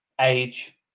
age